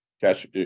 cash